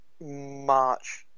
March